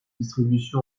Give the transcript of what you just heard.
distribution